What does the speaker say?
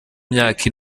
myaka